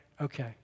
Okay